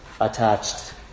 attached